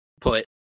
put